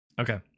Okay